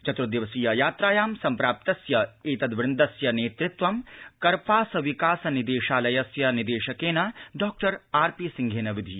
चतुर् दिवसीय यात्रायां सम्प्राप्तस्य एतद् वृन्दस्य नेतृत्वं कर्पास विकास निदेशालयस्य निदेशकेन डॉआर्पीसिंहेन विधीयते